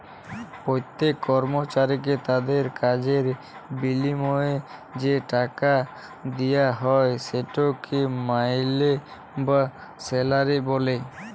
প্যত্তেক কর্মচারীকে তাদের কাজের বিলিময়ে যে টাকাট দিয়া হ্যয় সেটকে মাইলে বা স্যালারি ব্যলে